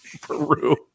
Peru